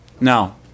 No